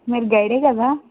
మీరు గైడే కదా